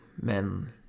men